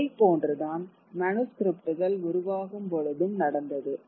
இதைப் போன்றுதான் மனுஸ்கிரிப்ட்கள் உருவாகும் பொழுதும் நடந்தது